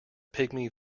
pygmy